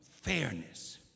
fairness